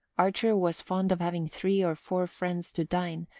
archer was fond of having three or four friends to dine,